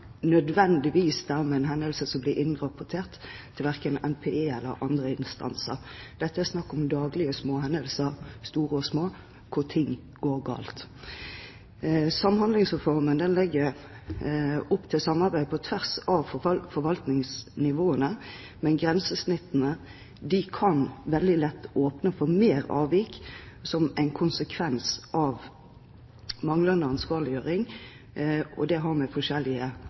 nødvendigvis er en hendelse som blir innrapportert, verken til NPE eller til andre instanser. Dette er snakk om daglige hendelser, store og små, hvor ting går galt. Samhandlingsreformen legger opp til samarbeid på tvers av forvaltningsnivåene, men grensesnittene kan veldig lett åpne for mer avvik som en konsekvens av manglende ansvarliggjøring. Det har med forskjellige